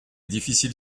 difficile